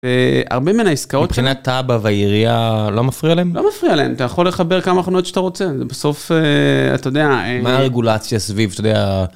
הרבה מן ההסקאות מבחינת תב"ע והעירייה לא מפריע להם, לא מפריע להם אתה יכול לחבר כמה חנויות שאתה רוצה בסוף אתה יודע מה הרגולציה סביב.